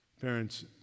parents